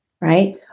right